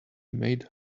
made